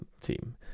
team